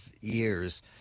years